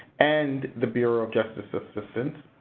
and the bureau of justice assistance,